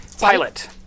Pilot